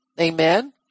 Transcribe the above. Amen